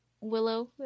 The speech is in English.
Willow